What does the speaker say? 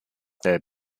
there